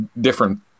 different